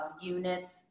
units